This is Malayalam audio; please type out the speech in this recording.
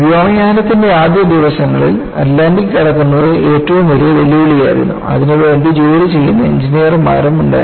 വ്യോമയാനത്തിന്റെ ആദ്യ ദിവസങ്ങളിൽ അറ്റ്ലാന്റിക് കടക്കുന്നത് ഏറ്റവും വലിയ വെല്ലുവിളിയായിരുന്നു അതിനുവേണ്ടി ജോലി ചെയ്യുന്ന എഞ്ചിനീയർമാരും ഉണ്ടായിരുന്നു